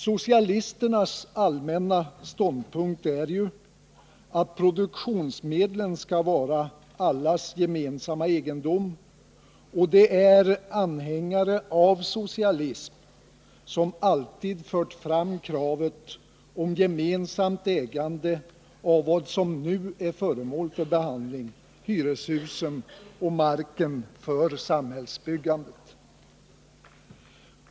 Socialisternas allmänna ståndpunkt är ju att produktionsmedlen skall vara allas gemensamma egendom, och det är anhängare av socialism som alltid fört fram kravet på gemensamt ägande av vad som nu är föremål för behandling — hyreshusen och marken för samhällsbyggandet.